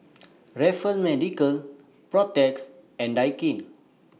Raffles Medical Protex and Daikin